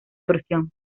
torsión